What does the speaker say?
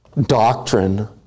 doctrine